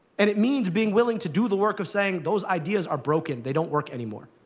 and it means being willing to do the work of saying, those ideas are broken. they don't work anymore.